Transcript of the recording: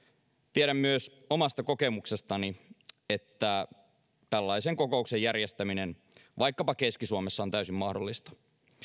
tiedän myös omasta kokemuksestani että tällaisen kokouksen järjestäminen vaikkapa keski suomessa on täysin mahdollista